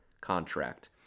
contract